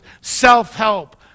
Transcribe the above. self-help